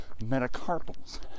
metacarpals